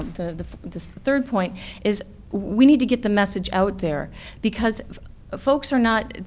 the third point is we need to get the message out there because folks are not,